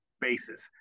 basis